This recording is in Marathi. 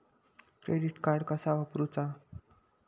क्रेडिट कार्ड कसा वापरूचा?